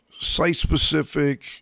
site-specific